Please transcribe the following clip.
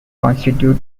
constitute